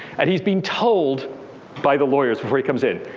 and he's been told by the lawyers before he comes in,